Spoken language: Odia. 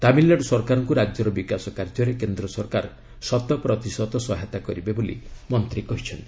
ତାମିଲନାଡ଼ୁ ସରକାରଙ୍କୁ ରାଜ୍ୟର ବିକାଶ କାର୍ଯ୍ୟରେ କେନ୍ଦ୍ର ସରକାର ଶତ ପ୍ରତିଶତ ସହାୟତା କରିବେ ବୋଲି ମନ୍ତ୍ରୀ କହିଛନ୍ତି